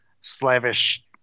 slavish